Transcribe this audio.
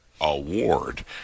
award